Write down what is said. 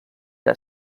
era